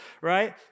Right